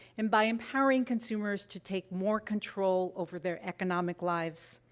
and by empowering consumers to take more control over their economic lives.